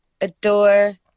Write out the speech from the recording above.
adore